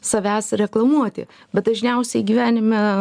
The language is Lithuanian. savęs reklamuoti bet dažniausiai gyvenime